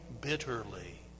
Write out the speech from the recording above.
bitterly